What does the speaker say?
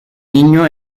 niño